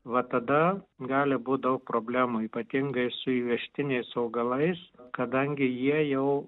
va tada gali būt daug problemų ypatingai su įvežtiniais augalais kadangi jie jau